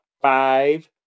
five